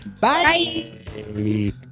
bye